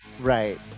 Right